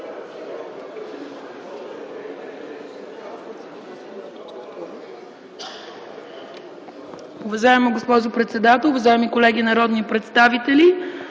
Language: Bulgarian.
Уважаеми господин председател, уважаеми колеги народни представители,